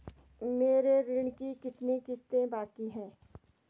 मेरे ऋण की कितनी किश्तें बाकी हैं?